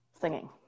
Singing